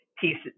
pieces